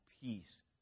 peace